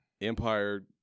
Empire